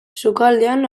sukaldean